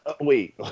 Wait